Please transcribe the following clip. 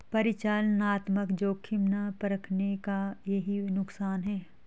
परिचालनात्मक जोखिम ना परखने का यही नुकसान है